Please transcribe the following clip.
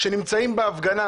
כאשר נמצאים בהפגנה,